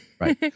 Right